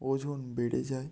ওজন বেড়ে যায়